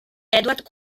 edward